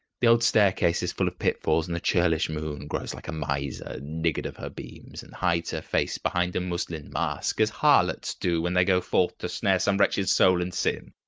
the old staircase is full of pitfalls, and the churlish moon grows, like a miser, niggard of her beams, and hides her face behind a muslin mask as harlots do when they go forth to snare some wretched soul in sin.